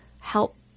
help